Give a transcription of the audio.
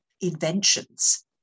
inventions